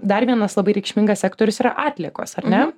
dar vienas labai reikšmingas sektorius yra atliekos ar ne